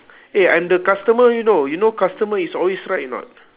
eh I'm the customer you know you know customer is always right or not